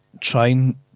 trying